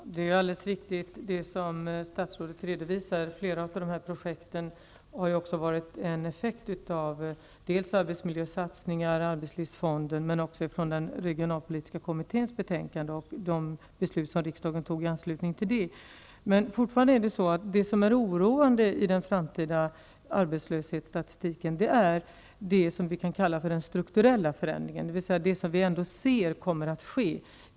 Herr talman! Det är alldeles riktigt som statsrådet redovisar. Flera av dessa projekt är också en effekt av arbetsmiljösatsningar, arbetsmiljöfonden och arbetsmiljökommitténs betänkande och av beslut som riksdagen fattade i anslutning därtill. I den framtida arbetslöshetsstatistiken är den strukturella förändringen fortfarande oroande, dvs. det som vi ser kommer att ske.